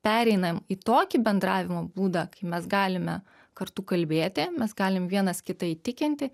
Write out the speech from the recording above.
pereinam į tokį bendravimo būdą kai mes galime kartu kalbėti mes galim vienas kitą įtikinti